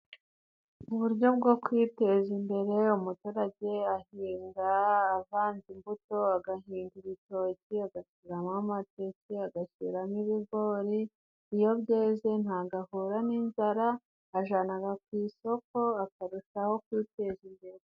Uburyo bwo kwiteza imbere umuturage ahinga avanze imbuto. Agahinga ibitoki, agashiramo amateka, agashyiraramo ibigori. Iyo byeze ntago ahura n'inzara, ajanaga ku isoko akarushaho kwiteza imbere.